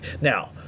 now